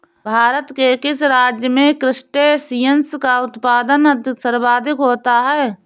भारत के किस राज्य में क्रस्टेशियंस का उत्पादन सर्वाधिक होता है?